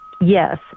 Yes